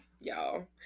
y'all